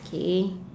okay